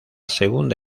segunda